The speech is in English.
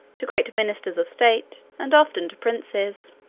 to great ministers of state, and often to princes.